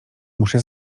muszę